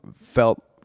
felt